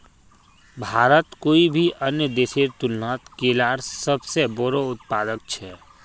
भारत कोई भी अन्य देशेर तुलनात केलार सबसे बोड़ो उत्पादक छे